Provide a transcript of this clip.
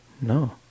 No